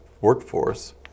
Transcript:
workforce